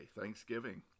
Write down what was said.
Thanksgiving